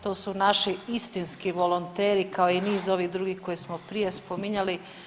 To su naši istinski volonteri kao i niz ovih drugih koje smo prije spominjali.